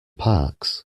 parks